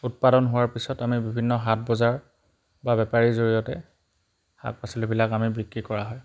উৎপাদন হোৱাৰ পিছত আমি বিভিন্ন হাট বজাৰ বা বেপাৰীৰ জৰিয়তে শাক পাচলিবিলাক আমি বিক্ৰী কৰা হয়